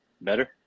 Better